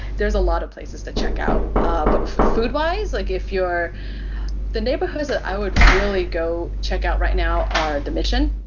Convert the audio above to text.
there's a lot of places to check out. but food wise, like if you're the neighborhoods that i would really go check out right now are the mission.